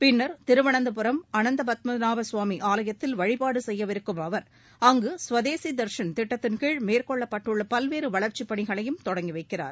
பின்னா் திருவனந்தபுரம் அனந்தபத்மநாப சுவாமி ஆலயத்தில் வழிபாடு செய்யவிருக்கும் அவா் அங்கு சுவதேசி தர்ஷன் திட்டத்தின்கீழ் மேற்கொள்ளப்பட்டுள்ள பல்வேறு வளர்ச்சிப் பணிகளையும் தொடங்கி வைக்கிறார்